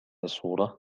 الصورة